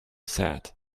set